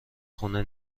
خونه